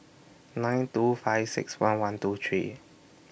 nine two five six one one two three